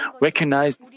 recognized